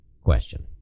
question